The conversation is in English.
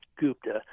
Gupta